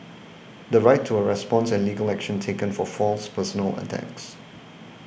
the right to a response and legal action taken for false personal attacks